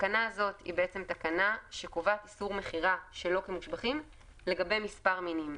התקנה הזאת היא תקנה שקובעת איסור מכירה של לא מושבחים לגבי מספר מינים.